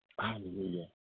Hallelujah